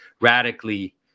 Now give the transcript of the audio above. radically